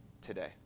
today